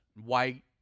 White